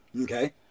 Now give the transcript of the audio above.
Okay